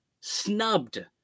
snubbed